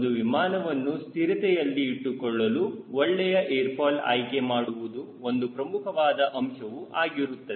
ಒಂದು ವಿಮಾನವನ್ನು ಸ್ಥಿರತೆಯಲ್ಲಿ ಇಟ್ಟುಕೊಳ್ಳಲು ಒಳ್ಳೆಯ ಏರ್ ಫಾಯ್ಲ್ ಆಯ್ಕೆ ಮಾಡುವುದು ಒಂದು ಪ್ರಮುಖವಾದ ಅಂಶವು ಆಗಿರುತ್ತದೆ